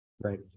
Right